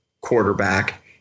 quarterback